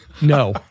no